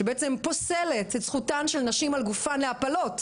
שבעצם פוסלת את זכותן של נשים על גופן להפלות,